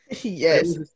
Yes